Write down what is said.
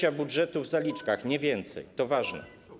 1/3 budżetu w zaliczkach, nie więcej, to ważne.